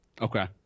Okay